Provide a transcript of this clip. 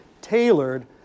tailored